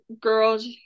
girls